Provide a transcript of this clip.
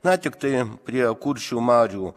na tiktai prie kuršių marių